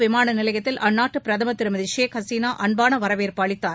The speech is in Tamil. விமானநிலையத்தில் அந்நாட்டு பிரதமர் திருமதி ஷேக் ஹசீனா அன்பான வரவேற்பு அளித்தார்